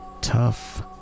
Tough